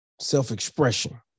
self-expression